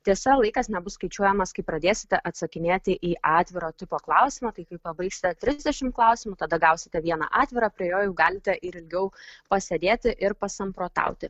tiesa laikas nebus skaičiuojamas kai pradėsite atsakinėti į atviro tipo klausimą tai kai pabaigsite trisdešimt klausimų tada gausite vieną atvirą prie jo jau galite ir ilgiau pasėdėti ir pasamprotauti